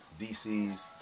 DCs